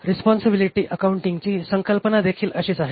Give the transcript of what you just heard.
responsibility अकाउंटींगची संकल्पनादेखील अशीच आहे